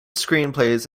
screenplays